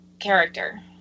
character